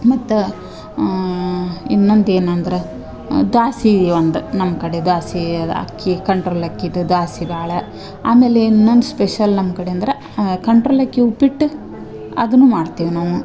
ಮತ್ತು ಇನ್ನೊಂದು ಏನಂದ್ರ ದಾಸಿ ಒಂದು ನಮ್ಮ ಕಡೆ ದ್ವಾಸೆ ಅದು ಅಕ್ಕಿ ಕಂಟ್ರೋಲ್ ಅಕ್ಕಿದ ದ್ವಾಸೆ ಭಾಳ ಆಮೇಲೆ ಇನ್ನೊಂದು ಸ್ಪೆಷಲ್ ನಮ್ಮ ಕಡೆ ಅಂದ್ರ ಕಂಟ್ರೋಲ್ ಅಕ್ಕಿ ಉಪ್ಪಿಟ್ಟು ಅದನ್ನು ಮಾಡ್ತೀವಿ ನಾವು